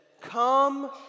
come